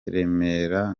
remera